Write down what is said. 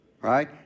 Right